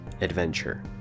adventure